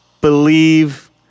believe